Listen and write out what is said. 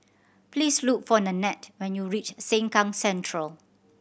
please look for Nanette when you reach Sengkang Central